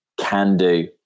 can-do